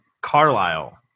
Carlisle